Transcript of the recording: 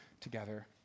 together